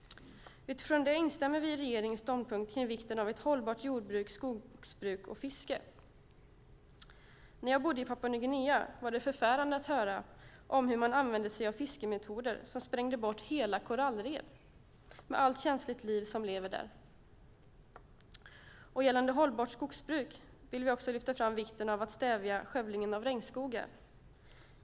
Utifrån det instämmer vi i regeringens ståndpunkt kring vikten av ett hållbart jordbruk, skogsbruk och fiske. När jag bodde i Papua Nya Guinea tyckte jag att det var förfärande att höra om hur man använde sig av fiskemetoder som sprängde bort hela korallrev med allt känsligt liv som finns där. Gällande hållbart skogsbruk vill vi också lyfta fram vikten av att stävja skövlingen av regnskogar.